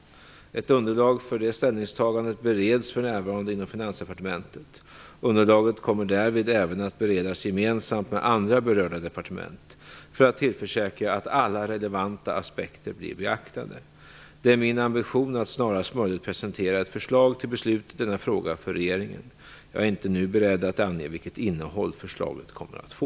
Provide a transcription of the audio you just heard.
Ett underlag för det ställningstagandet bereds för närvarande inom Finansdepartementet. Underlaget kommer därvid även att beredas gemensamt med andra berörda departement för att tillförsäkra att alla relevanta aspekter blir beaktade. Det är min ambition att snarast möjligt presentera ett förslag till beslut i denna fråga för regeringen. Jag är inte nu beredd att ange vilket innehåll förslaget kommer att få.